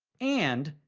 and,